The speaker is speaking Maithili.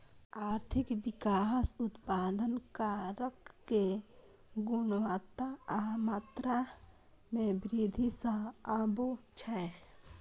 आर्थिक विकास उत्पादन कारक के गुणवत्ता आ मात्रा मे वृद्धि सं आबै छै